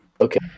Okay